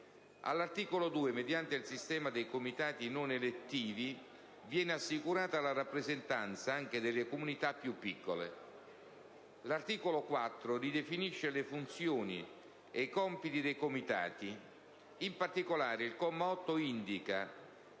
All'articolo 2, mediante il sistema dei Comitati non elettivi, viene assicurata la rappresentanza anche delle comunità più piccole. L'articolo 4 ridefinisce le funzioni e i compiti dei Comitati. In particolare, il comma 8 indica